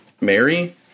Mary